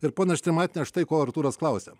ir ponia strimaitiene štai ko artūras klausia